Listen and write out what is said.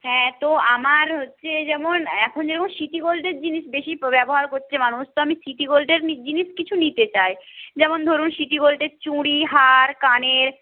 হ্যাঁ তো আমার হচ্ছে যেমন এখন যেমন সিটি গোল্ডের জিনিস বেশি ব্যবহার করছে মানুষ তো আমি সিটি গোল্ডের জিনিস কিছু নিতে চাই যেমন ধরুন সিটি গোল্ডের চুড়ি হার কানের